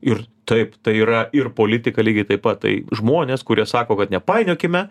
ir taip tai yra ir politika lygiai taip pat tai žmonės kurie sako kad nepainiokime